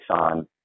on